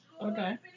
Okay